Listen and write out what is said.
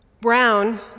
Brown